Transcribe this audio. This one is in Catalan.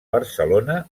barcelona